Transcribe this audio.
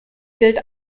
gilt